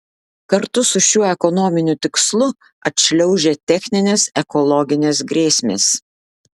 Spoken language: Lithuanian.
kartu su šiuo ekonominiu tikslu atšliaužia techninės ekologinės grėsmės